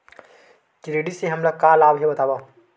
Credit से हमला का लाभ हे बतावव?